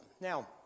Now